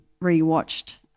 re-watched